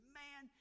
man